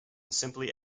simply